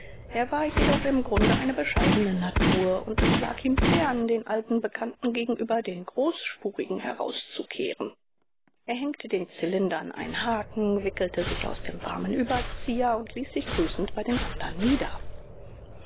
er war jedoch im grunde eine bescheidene natur und es lag ihm fern den alten bekannten gegenüber den großspurigen herauszukehren er hängte den zylinder an einen haken wickelte sich aus dem warmen überzieher und ließ sich grüßend bei den andern nieder